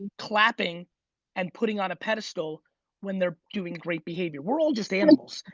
clapping and putting on a pedestal when they're doing great behavior. we're all just animals.